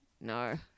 no